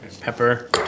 pepper